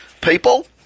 People